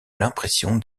l’impression